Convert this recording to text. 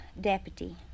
deputy